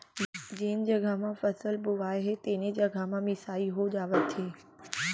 जेन जघा म फसल बोवाए हे तेने जघा म मिसाई हो जावत हे